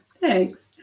thanks